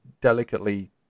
delicately